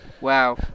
wow